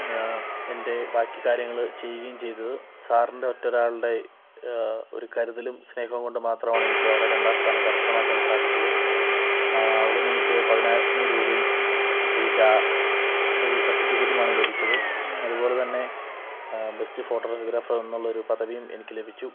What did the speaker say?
ഞാ എൻ്റെ ബാക്കി കാര്യങ്ങള് ചെയ്യുകയും ചെയ്തത് സാറിൻ്റെ ഒറ്റരാളുടെ ഒരു കരുതലും സ്നേഹവും കൊണ്ട് മാത്രവാണ് എനിക്കവിടെ രണ്ടാം സ്ഥാനം കരസ്ഥമാക്കാൻ സാധിച്ചത് അവിടുന്നെനിക്ക് പതിനായിരൊത്തൊന്ന് രൂപയും ഒരു ക്യാ ഒരു സർട്ടിഫിക്കറ്റുമാണ് ലഭിച്ചത് അതുപോലെ തന്നെ ബെസ്റ്റ് ഫോട്ടോഗ്രാഫർ എന്നുള്ളൊരു എന്ന പദവിയും എനിക്ക് ലഭിച്ചു